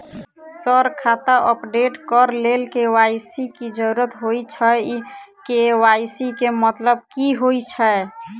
Sir खाता update करऽ लेल के.वाई.सी की जरुरत होइ छैय इ के.वाई.सी केँ मतलब की होइ छैय?